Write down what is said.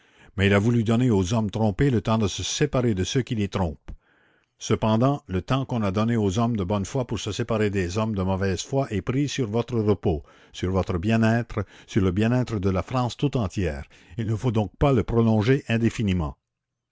mais il a voulu donner aux hommes trompés le temps de se séparer de ceux qui les trompent cependant le temps qu'on a donné aux hommes de bonne foi pour se séparer des hommes de mauvaise foi est pris sur votre repos sur votre bien-être sur le bienêtre de la france tout entière il ne faut donc pas le prolonger indéfiniment